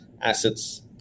assets